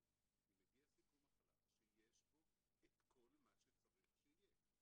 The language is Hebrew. אם מגיע סיכום מחלה שיש בו את כל מה שצריך שיהיה.